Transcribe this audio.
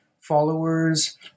followers